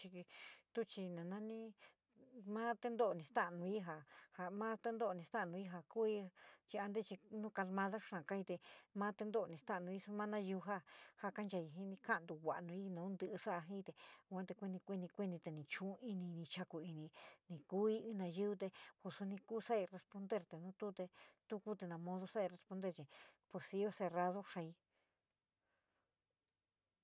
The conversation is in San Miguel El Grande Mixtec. tuu chi ma tinto´o, ni staá nuija, ja ma tinito nou jou kuu chi antre chi nou kaimadou xaa kai te ma tinito nou sou maxi ma nou jou, ja ka charí jii nu kaou tuula nou nou, tit souou jii tou kueni, kueni, kueni te nu chuu init nou chakulin in kuu in maiyú koo soui souu responder te nu tuu, tu kuíti na modo sou responder chi posio cerrado xaoii.